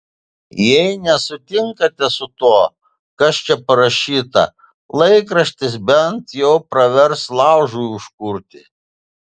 jei nesutinkate su tuo kas čia parašyta laikraštis bent jau pravers laužui užkurti